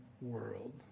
world